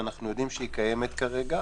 שאנחנו יודעים שקיימת כרגע,